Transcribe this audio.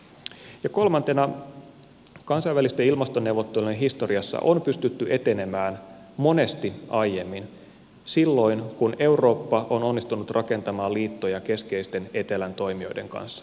ja kolmantena kansainvälisten ilmastoneuvottelujen historiassa on pystytty etenemään monesti aiemmin silloin kun eurooppa on onnistunut rakentamaan liittoja keskeisten etelän toimijoiden kanssa